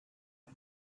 had